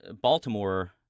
Baltimore